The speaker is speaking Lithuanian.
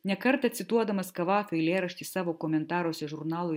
ne kartą cituodamas kavafio eilėraštį savo komentaruose žurnalui